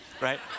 right